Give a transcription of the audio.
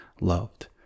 loved